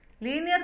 Linear